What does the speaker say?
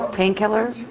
painkiller?